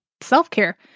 self-care